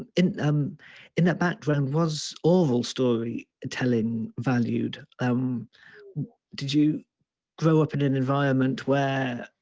and in um in that background was all story telling valued. um did you grow up in an environment where